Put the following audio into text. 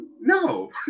no